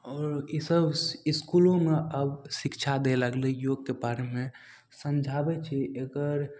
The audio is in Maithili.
आओर ईसब ईसकुलोमे आब शिक्षा दै लगलय योगके बारेमे समझाबय छै एकर